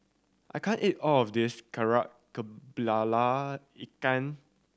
I can't eat all of this Kari Kepala Ikan